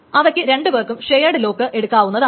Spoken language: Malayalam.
അവക്ക് രണ്ടു പേർക്കും ഷെയേട് ലോക്ക് എടുക്കാവുന്നതാണ്